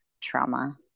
trauma